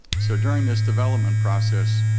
so during this development process,